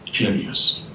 areas